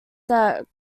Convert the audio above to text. that